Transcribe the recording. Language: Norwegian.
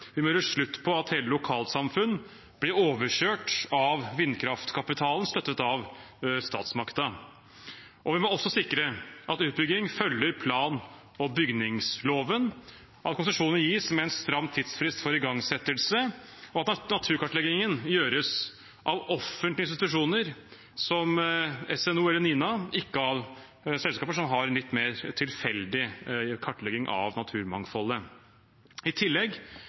Vi må få slutt på at hele lokalsamfunn blir overkjørt av vindkraftkapitalen, støttet av statsmakten. Vi må også sikre at utbygging følger plan- og bygningsloven, at konsesjonene gis med en stram tidsfrist for igangsettelse, og at naturkartleggingen gjøres av offentlige institusjoner som SNO eller NINA, ikke av selskaper som har en litt mer tilfeldig kartlegging av naturmangfoldet. I tillegg